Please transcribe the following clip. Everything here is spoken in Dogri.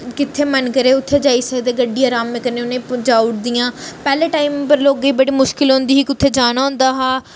कित्थें मन करै उत्थें जाई सकदे गड्डी अरामै कन्नै उ'नेंगी पजाऊ उड़दियां पैह्ले टैम उप्पर लोगें ई बड़ी मुश्कल होंदी ही कुत्थें जाना होंदा हा